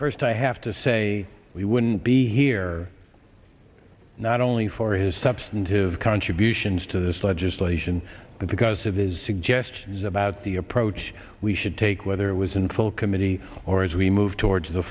first i have to say we wouldn't be here not only for his substantive contributions to this legislation but because of his suggestions about the approach we should take whether it was in full committee or as we move towards the